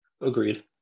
Agreed